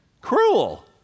cruel